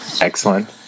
Excellent